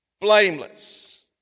blameless